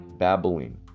babbling